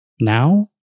now